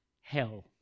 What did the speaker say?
hell